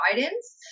guidance